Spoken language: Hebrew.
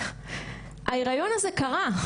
ההריון הזה קרה.